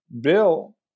bill